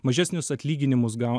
mažesnius atlyginimus gau